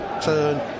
turn